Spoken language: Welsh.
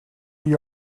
chi